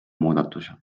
muudatuse